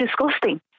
disgusting